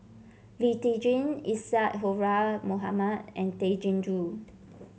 Lee Tjin Isadhora Mohamed and Tay Chin Joo